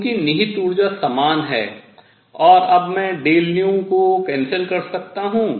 चूँकि निहित ऊर्जा समान है और अब मैं को रद्द कर सकता हूँ